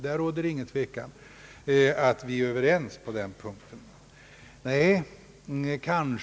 Det råder ingen tvekan om att vi är överens på den punkten.